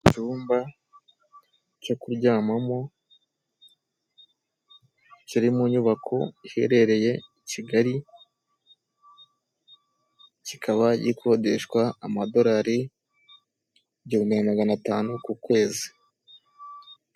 Icyumba cyo kuryamamo kiri mu nyubako iherereye i Kigali, kikaba gikodeshwa amadorari igihumbi na magana atanu ku kwezi.